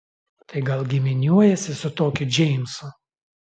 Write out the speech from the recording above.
tai gal giminiuojiesi su tokiu džeimsu